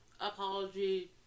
Apology